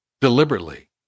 Deliberately